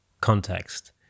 context